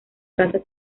casa